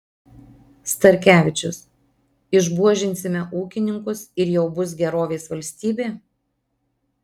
starkevičius išbuožinsime ūkininkus ir jau bus gerovės valstybė